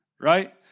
right